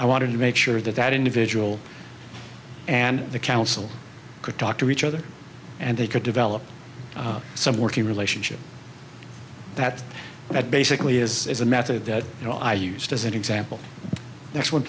i wanted to make sure that that individual and the council could talk to each other and they could develop some working relationship that that basically is a method that you know i used as an example that's one